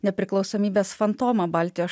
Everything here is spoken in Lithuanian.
nepriklausomybės fantomą baltijos